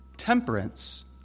Temperance